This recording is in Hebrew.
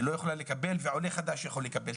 היא לא יכולה לקבל ועולה חדש יכול לקבל?